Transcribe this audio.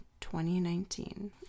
2019